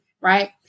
right